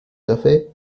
café